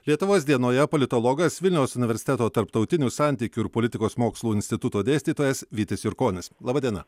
lietuvos dienoje politologas vilniaus universiteto tarptautinių santykių ir politikos mokslų instituto dėstytojas vytis jurkonis laba diena